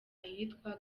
ahitwa